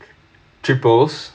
tuples